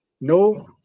no